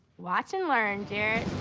watch and learn, jarrett.